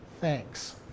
thanks